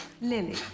Lily